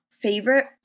Favorite